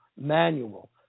manual